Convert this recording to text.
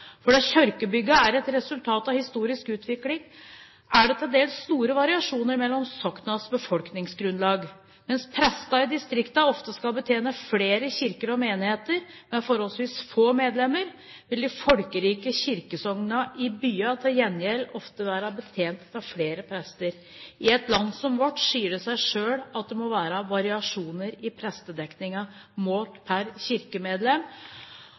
er resultat av en historisk utvikling, er det til dels store variasjoner mellom sognenes befolkningsgrunnlag. Mens prestene i distriktene ofte skal betjene flere kirker og menigheter med forholdsvis få medlemmer, vil de folkerike kirkesognene i byene til gjengjeld ofte være betjent av flere prester. I et land som vårt sier det seg selv at det må være variasjoner i prestedekningen målt per kirkemedlem.